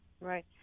Right